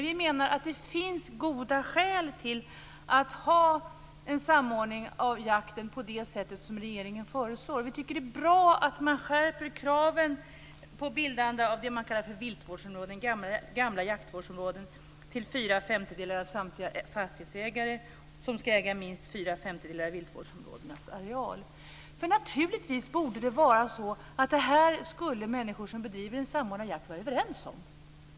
Vi menar dock att det finns goda skäl att ha en samordning av jakten på det sätt som regeringen föreslår. Vi tycker att det är bra att man skärper kraven för bildande av det man kallar för viltvårdsområden, alltså de gamla jaktvårdsområdena, till fyra femtedelar av samtliga fastighetsägare som ska äga minst fyra femtedelar av viltvårdsområdenas areal. Naturligtvis borde det vara så att människor som bedriver en samordnad jakt skulle vara överens om det här.